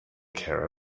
care